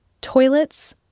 toilets